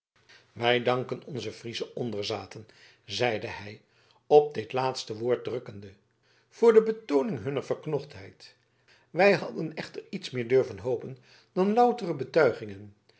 wij danken onze friesche onderzaten zeide hij op dit laatste woord drukkende voor de betooning hunner verknochtheid wij hadden echter iets meer durven hopen dan loutere betuigingen